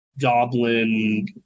goblin